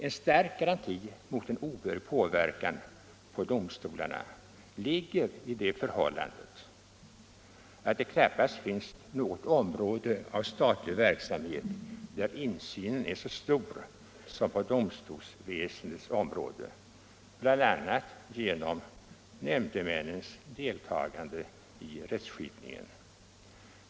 En stark garanti mot en obehörig påverkan på domstolarna ligger i det förhållandet att det knappast finns något område av statlig verksamhet där insynen är så stor som på domstolsväsendets område, bl.a. genom nämndemännens deltagande i rättskipningen.